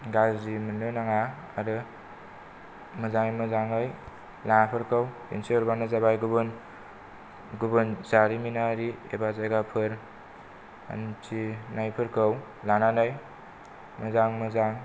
गाज्रि मोननो नाङा आरो मोजाङै मोजाङै लामाफोरखौ दिन्थिहरबानो जाबाय गुबुन गुबुन जारिमिनारि एबा जायगाफोर हान्थिनायफोरखौ लानानै मोजां मोजां